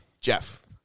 Jeff